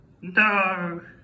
No